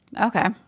Okay